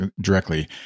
directly